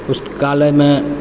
पुस्तकालयमे